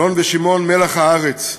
אלון ושמעון, מלח הארץ,